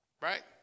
Right